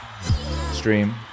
stream